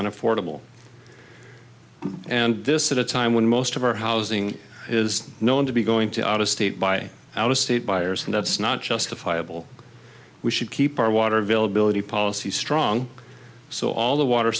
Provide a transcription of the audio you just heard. an affordable and this at a time when most of our housing is known to be going to out of state by out of state buyers and that's not justifiable we should keep our water availability policy strong so all the water